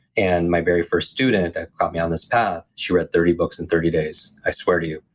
and my very first student that got me on this path, she read thirty books in thirty days, i swear to you.